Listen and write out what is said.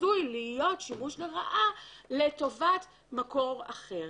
עשוי להיות בו שימוש לרעה לטובת מקור אחר.